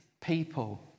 people